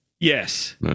yes